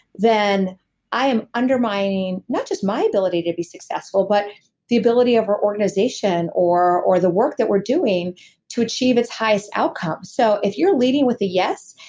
then i am undermining not just my ability to be successful but the ability of our organization or or the work that we're doing to achieve its highest outcomes so if you're leading with a yes,